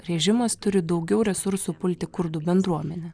režimas turi daugiau resursų pulti kurdų bendruomenę